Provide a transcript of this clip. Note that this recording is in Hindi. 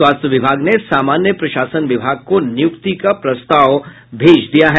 स्वास्थ्य विभाग ने समान्य प्रशासन विभाग को नियुक्ति का प्रस्ताव भेज दिया है